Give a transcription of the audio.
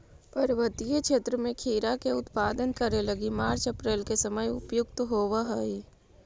पर्वतीय क्षेत्र में खीरा के उत्पादन करे लगी मार्च अप्रैल के समय उपयुक्त होवऽ हई